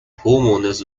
homeowners